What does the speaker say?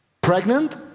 Pregnant